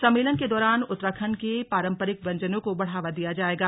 सम्मेलन के दौरान उत्तराखण्ड के पारम्परिक व्यंजनों को बढ़ावा दिया जाएगा